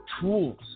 tools